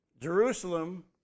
Jerusalem